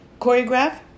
Choreograph